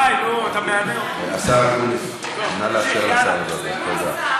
אופוזיציוני בסדר גודל כזה אני עוד לא ראיתי.